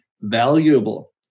valuable